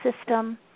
system